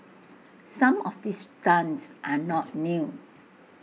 some of these stunts are not new